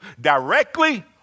directly